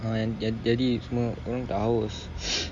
jadi jadi semua orang tak haus